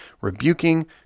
rebuking